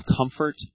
comfort